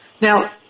Now